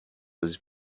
was